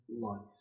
life